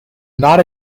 not